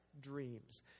dreams